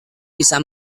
bisa